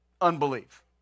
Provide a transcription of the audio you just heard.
Unbelief